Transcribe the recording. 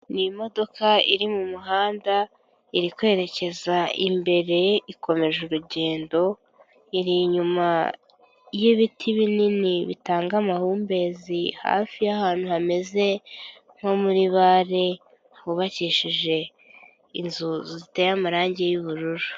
Ni imodoka iri mu muhanda iri kwerekeza imbere, ikomeje urugendo, iri inyuma y'ibiti binini bitanga amahumbezi hafi y'ahantu hameze nko muri bare, hubakishije inzu ziteye amarangi y'ubururu.